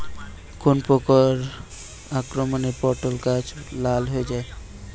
কোন প্রকার আক্রমণে পটল গাছ লাল হয়ে যায়?